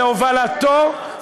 בהובלתו,